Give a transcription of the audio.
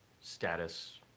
Status